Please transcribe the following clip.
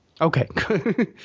Okay